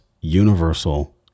universal